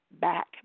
back